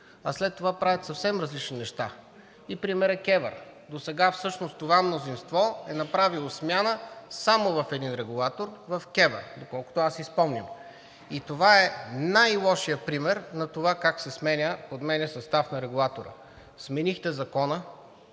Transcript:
а след това правят съвсем различни неща. И пример е КЕВР. Досега всъщност това мнозинство е направило смяна само в един регулатор – в КЕВР, доколкото аз си спомням. И това е най-лошият пример на това как се подменя състав на регулатора. Сменихте закона,